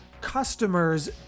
customers